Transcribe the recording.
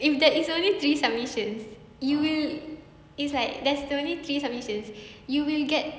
if there is only three submissions you'll is like there's only three submissions you will get